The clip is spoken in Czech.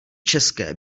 české